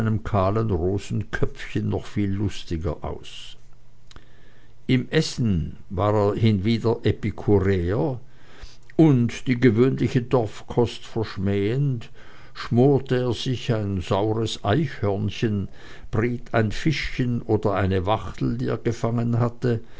kahlen rosenköpfchen noch viel lustiger aus im essen war er hinwieder epikureer und die gewöhnliche dorfkost verschmähend schmorte er sich ein saures eichhörnchen briet ein fischchen oder eine wachtel die er gefangen hatte